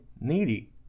Needy